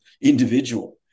individual